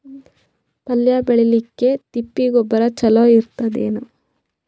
ಪಲ್ಯ ಬೇಳಿಲಿಕ್ಕೆ ತಿಪ್ಪಿ ಗೊಬ್ಬರ ಚಲೋ ಇರತದೇನು?